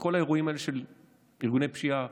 בכל האירועים של ארגוני פשיעה,